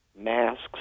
Masks